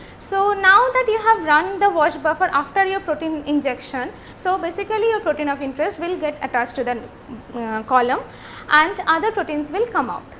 so, now, that you have run the wash buffer after your protein injection. so, basically your protein of interest will get attached to the column and other proteins will come out.